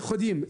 כייחודיים,